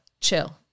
chill